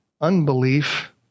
unbelief